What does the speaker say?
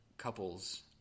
couples